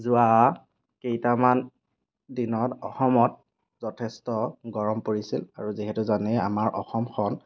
যোৱা কেইটামান দিনত অসমত যথেষ্ট গৰম পৰিছিল আৰু যিহেতু জানেই আমাৰ অসমখন